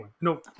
no